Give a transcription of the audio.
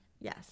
Yes